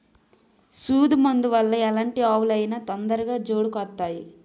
సూదు మందు వల్ల ఎలాంటి ఆవులు అయినా తొందరగా జోడుకొత్తాయి